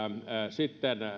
sitten